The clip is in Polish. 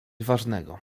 ważnego